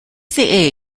they